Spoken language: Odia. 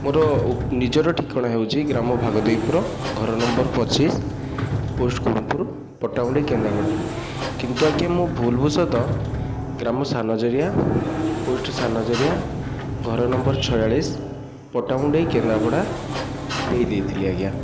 ମୋର ନିଜର ଠିକଣା ହେଉଛି ଗ୍ରାମ ଭାଗଦେଇପୁର ଘର ନମ୍ବର ପଚିଶ ପୋଷ୍ଟ କୋଣପୁର ପଟାମୁଣ୍ଡେଇ କେନ୍ଦାପଡ଼ା କିନ୍ତୁ ଆଜ୍ଞା ମୁଁ ଭୁଲବସତ ଗ୍ରାମ ସାନଜରିଆ ପୋଷ୍ଟ ସାନଜରିଆ ଘର ନମ୍ବର ଛୟାଳିଶ ପଟାମୁଣ୍ଡେଇ କେନ୍ଦାପଡ଼ା ଦେଇ ଦେଇଥିଲି ଆଜ୍ଞା